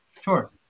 Sure